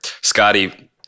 Scotty